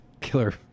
killer